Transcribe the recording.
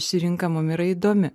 ši rinka mum yra įdomi